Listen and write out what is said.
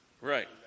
Right